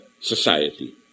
society